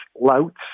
louts